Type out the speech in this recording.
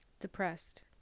depressed